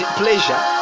pleasure